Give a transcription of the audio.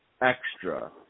extra